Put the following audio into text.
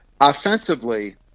offensively